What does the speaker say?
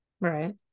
Right